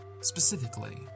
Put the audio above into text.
specifically